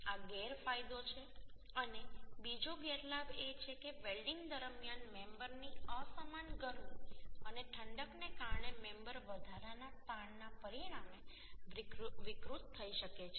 આ એક ગેરફાયદો છે અને બીજો ગેરલાભ એ છે કે વેલ્ડીંગ દરમિયાન મેમ્બરની અસમાન ગરમી અને ઠંડકને કારણે મેમ્બર વધારાના તાણના પરિણામે વિકૃત થઈ શકે છે